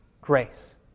grace